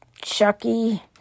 Chucky